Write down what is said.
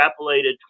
extrapolated